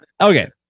Okay